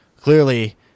clearly